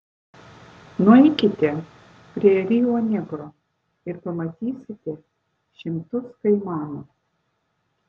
nueikite prie rio negro ir pamatysite šimtus kaimanų